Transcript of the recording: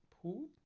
pool